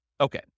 Okay